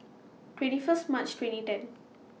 twenty First March twenty ten